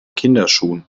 kinderschuhen